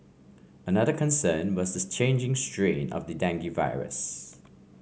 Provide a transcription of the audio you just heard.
another concern was the changing strain of the dengue virus